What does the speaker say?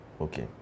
Okay